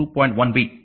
1b